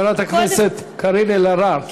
חברת הכנסת קארין אלהרר,